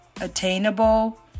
Attainable